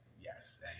yes